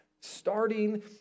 Starting